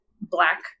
black